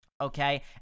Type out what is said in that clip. okay